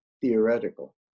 theoretical